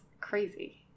crazy